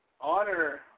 honor